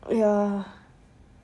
ya